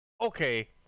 okay